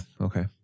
Okay